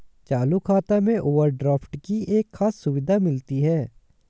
चालू खाता में ओवरड्राफ्ट की एक खास सुविधा मिलती है